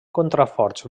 contraforts